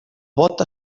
bot